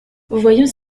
voyons